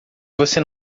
você